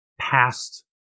past